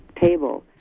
table